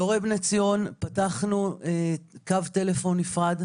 להורי "בני ציון" פתחנו קו טלפון נפרד,